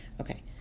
Okay